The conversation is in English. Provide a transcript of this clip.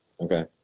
Okay